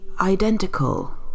identical